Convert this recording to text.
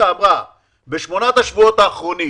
שבשמונת השבועות האחרונים,